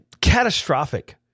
Catastrophic